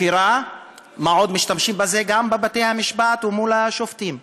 משתמשים בזה גם בבתי-המשפט ומול השופטים.